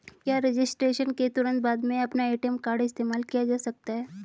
क्या रजिस्ट्रेशन के तुरंत बाद में अपना ए.टी.एम कार्ड इस्तेमाल किया जा सकता है?